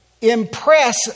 impress